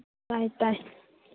ꯇꯥꯏ ꯇꯥꯏ